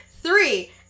Three